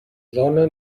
dona